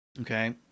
Okay